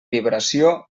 vibració